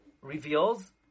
reveals